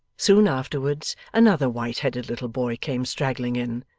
soon afterwards another white-headed little boy came straggling in,